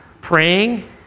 praying